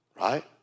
Right